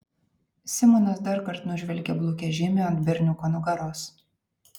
simonas darkart nužvelgė blukią žymę ant berniuko nugaros